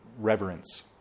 reverence